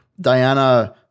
Diana